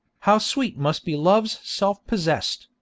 how sweet must be love's self possessed,